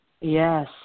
Yes